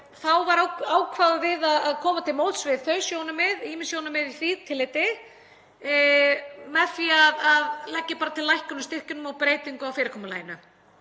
þá ákváðum við að koma til móts við þau sjónarmið, ýmis sjónarmið í því tilliti, með því að leggja bara til lækkun á styrkjunum og breytingu á fyrirkomulaginu.